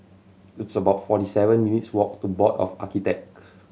it's about forty seven minutes' walk to Board of Architects